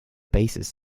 basis